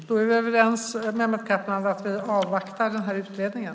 Herr talman! Då är vi överens, Mehmet Kaplan, om att avvakta utredningen.